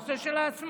הנושא של העצמאים.